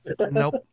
Nope